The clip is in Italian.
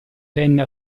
tenne